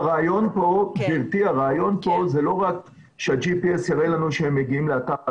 הרעיון פה זה לא רק שה-GPS יראה לנו שהם מגיעים לאתר ההטמנה,